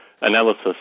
analysis